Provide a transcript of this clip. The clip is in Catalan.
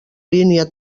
línia